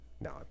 No